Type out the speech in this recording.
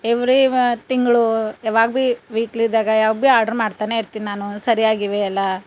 every ಮ ತಿಂಗಳು ಯವಾಗ ಬಿ ವೀಕ್ಲಿದಾಗ ಯವಾಗ ಬಿ ಆರ್ಡ್ರು ಮಾಡ್ತಾನೆ ಇರ್ತೀನಿ ನಾನು ಸರಿಯಾಗಿವೆ ಎಲ್ಲ